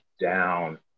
down